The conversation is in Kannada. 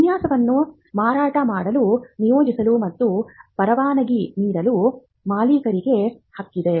ವಿನ್ಯಾಸವನ್ನು ಮಾರಾಟ ಮಾಡಲು ನಿಯೋಜಿಸಲು ಮತ್ತು ಪರವಾನಗಿ ನೀಡಲು ಮಾಲೀಕರಿಗೆ ಹಕ್ಕಿದೆ